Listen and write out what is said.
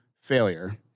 failure